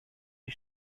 die